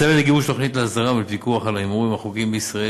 הצוות לגיבוש תוכנית להסדרה ולפיקוח על ההימורים החוקיים בישראל,